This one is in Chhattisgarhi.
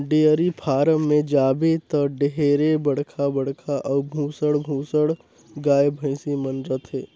डेयरी फारम में जाबे त ढेरे बड़खा बड़खा अउ भुसंड भुसंड गाय, भइसी मन रथे